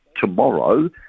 tomorrow